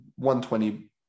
120